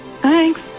Thanks